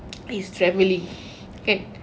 is travelling kan